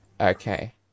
Okay